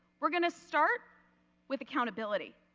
we are going to start with accountability.